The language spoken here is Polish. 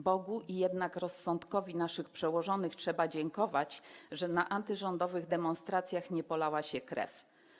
Bogu i jednak rozsądkowi naszych przełożonych trzeba dziękować, że na antyrządowych demonstracjach nie polała się krew.